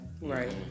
Right